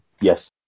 Yes